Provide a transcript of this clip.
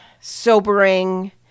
sobering